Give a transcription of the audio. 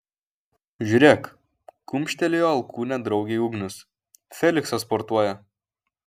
žiūrėk kumštelėjo alkūne draugei ugnius feliksas sportuoja